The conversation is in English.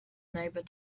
neighbor